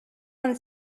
one